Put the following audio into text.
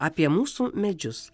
apie mūsų medžius